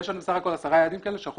אז יש לנו בסך הכול 10 יעדים כאלה שאנחנו